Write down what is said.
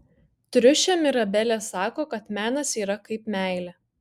triušė mirabelė sako kad menas yra kaip meilė